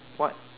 what